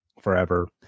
Forever